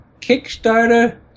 Kickstarter